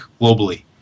globally